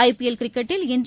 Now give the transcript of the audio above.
IPL கிரிக்கெட்டில் இன்று